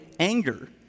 Anger